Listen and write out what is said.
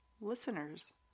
listeners